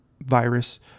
virus